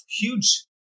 huge